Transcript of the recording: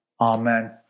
Amen